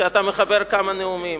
כשאתה מחבר כמה נאומים?